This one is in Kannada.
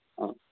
ಹಾಂ